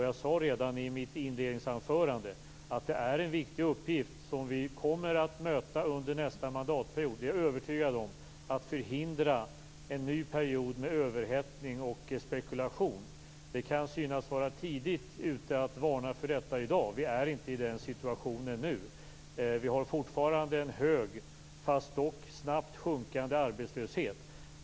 Jag sade redan i mitt inledningsanförande att det är en viktig uppgift, som jag är övertygad om att vi kommer att möta under nästa mandatperiod, att förhindra en ny period med överhettning och spekulation. Det kan synas vara tidigt ute att varna för detta i dag. Vi är inte i den situationen nu. Vi har fortfarande en hög, fast dock snabbt sjunkande arbetslöshet.